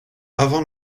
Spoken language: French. avant